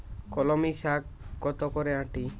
কলমি শাখ কত করে আঁটি?